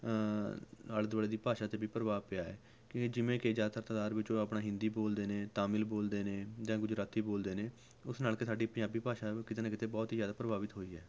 ਆਲੇ ਦੁਆਲੇ ਦੀ ਭਾਸ਼ਾ 'ਤੇ ਵੀ ਪ੍ਰਭਾਵ ਪਿਆ ਹੈ ਕਿਉਂਕਿ ਜਿਵੇਂ ਕਿ ਜ਼ਿਆਦਾਤਰ ਤਾਦਾਦ ਵਿੱਚ ਉਹ ਆਪਣਾ ਹਿੰਦੀ ਬੋਲਦੇ ਨੇ ਤਾਮਿਲ ਬੋਲਦੇ ਨੇ ਜਾਂ ਗੁਜਰਾਤੀ ਬੋਲਦੇ ਨੇ ਉਸ ਨਾਲ ਕਿ ਸਾਡੀ ਪੰਜਾਬੀ ਭਾਸ਼ਾ ਵੀ ਕਿਤੇ ਨਾ ਕਿਤੇ ਬਹੁਤ ਹੀ ਜ਼ਿਆਦਾ ਪ੍ਰਭਾਵਿਤ ਹੋਈ ਹੈ